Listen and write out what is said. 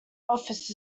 office